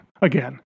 again